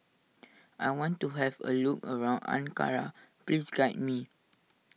I want to have a look around Ankara please guide me